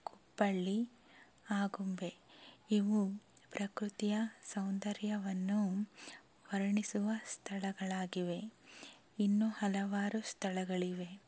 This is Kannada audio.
ಕುಪ್ಪಳ್ಳಿ ಆಗುಂಬೆ ಇವು ಪ್ರಕೃತಿಯ ಸೌಂದರ್ಯವನ್ನು ವರ್ಣಿಸುವ ಸ್ಥಳಗಳಾಗಿವೆ ಇನ್ನೂ ಹಲವಾರು ಸ್ಥಳಗಳಿವೆ